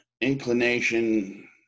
inclination